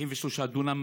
93 דונם,